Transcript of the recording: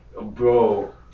Bro